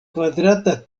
kvadrata